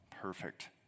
perfect